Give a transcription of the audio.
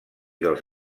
dels